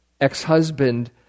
ex-husband